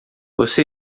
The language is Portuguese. você